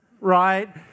right